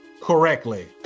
correctly